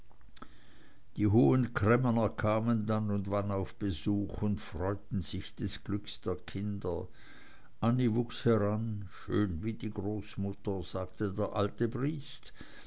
die hohen cremmener kamen dann und wann auf besuch und freuten sich des glücks der kinder annie wuchs heran schön wie die großmutter sagte der alte briest